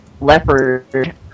leopard